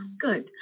good